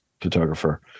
photographer